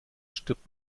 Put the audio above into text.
stirbt